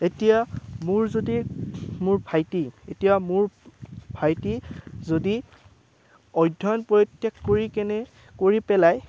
এতিয়া মোৰ যদি মোৰ ভাইটি এতিয়া মোৰ ভাইটি যদি অধ্যয়ন পৰিত্যাগ কৰি কেনে কৰি পেলাই